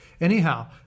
Anyhow